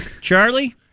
Charlie